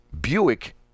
Buick